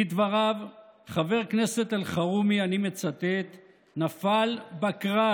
לדבריו, חבר הכנסת אלחרומי, אני מצטט: "נפל בקרב.